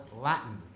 Latin